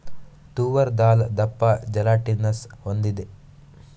ತೂವರ್ ದಾಲ್ ದಪ್ಪ ಜೆಲಾಟಿನಸ್ ಹೊಂದಿದೆ